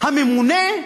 הממונה?